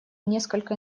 несколько